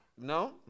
No